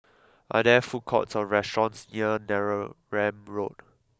are there food courts or restaurants near Neram Road